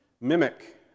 mimic